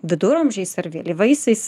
viduramžiais ar vėlyvaisiais